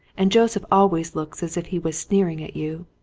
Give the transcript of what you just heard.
and joseph always looks as if he was sneering at you,